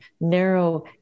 narrow